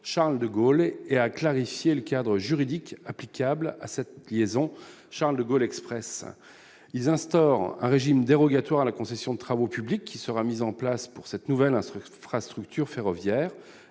Charles-de-Gaulle et à clarifier le cadre juridique applicable à cette liaison Charles-de-Gaulle Express ils instaurent un régime dérogatoire à la concession de travaux publics qui sera mis en place pour cette nouvelle instruction fera